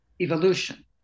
evolution